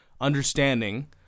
understanding